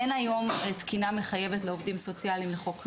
אין היום תקינה מחייבת לעובדים סוציאליים לחוק נוער,